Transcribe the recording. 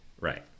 Right